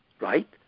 right